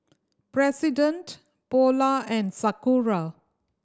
President Polar and Sakura